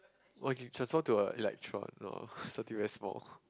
or you can transform to a electron no will be very small